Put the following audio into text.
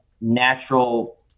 natural